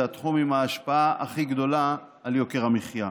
זה התחום עם ההשפעה הכי גדולה על יוקר המחיה.